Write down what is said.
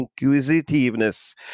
inquisitiveness